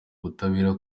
ubutabera